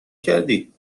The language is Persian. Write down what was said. کردی